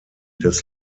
des